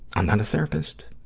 i'm not a therapist.